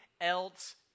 else